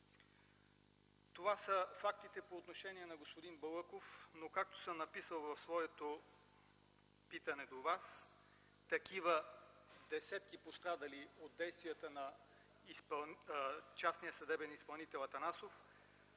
Това са фактите по отношение на господин Балъков. Както съм написал в своето питане до Вас – десетки пострадали от действията на частния съдебен изпълнител Атанасов